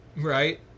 right